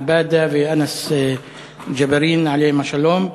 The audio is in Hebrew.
עבאדה ואנאס ג'בארין, עליהם השלום,